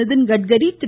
Nitin Gadkari Thiru